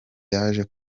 yaje